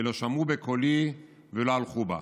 ולא שמעו בקולי ולא הלכו בה".